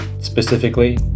Specifically